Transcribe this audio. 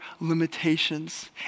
limitations